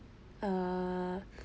err